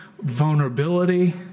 vulnerability